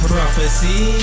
Prophecy